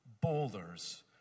boulders